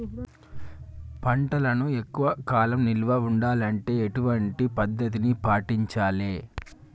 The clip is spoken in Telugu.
పంటలను ఎక్కువ కాలం నిల్వ ఉండాలంటే ఎటువంటి పద్ధతిని పాటించాలే?